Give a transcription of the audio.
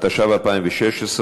התשע"ו 2016,